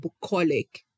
bucolic